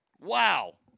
wow